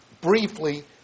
briefly